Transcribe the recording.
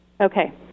Okay